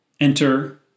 Enter